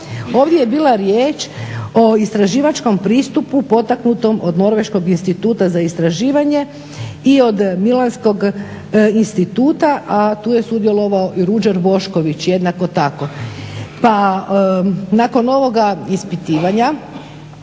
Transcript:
Ovdje je bila riječ o istraživačkom pristupu potaknutom od Norveškog instituta za istraživanje i od Milanskog instituta a tu je sudjelovao i Ruđer Bošković jednako tako. Pa nakon ovoga ispitivanja